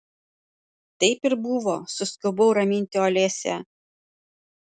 taip ir buvo suskubau raminti olesią